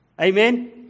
Amen